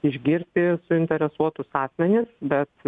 išgirsti suinteresuotus asmenis bet